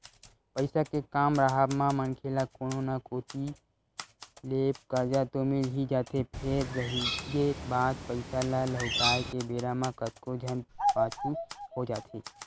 पइसा के काम राहब म मनखे ल कोनो न कोती ले करजा तो मिल ही जाथे फेर रहिगे बात पइसा ल लहुटाय के बेरा म कतको झन पाछू हो जाथे